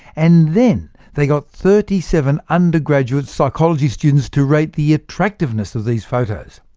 and then they got thirty seven undergraduate psychology students to rate the attractiveness of these photos.